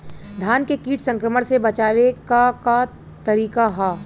धान के कीट संक्रमण से बचावे क का तरीका ह?